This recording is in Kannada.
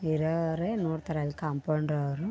ಇರೋರೆ ನೋಡ್ತಾರೆ ಅಲ್ಲಿ ಕಾಂಪೊಂಡ್ರು ಅವರು